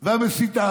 -- והמסיתה.